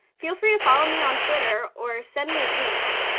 feel free to follow me on twitter or send me an email.